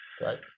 right